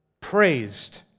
praised